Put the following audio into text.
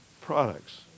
products